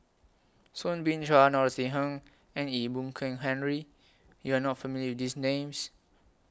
Soo Bin Chua Norothy Ng and Ee Boon Kong Henry YOU Are not familiar with These Names